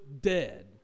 dead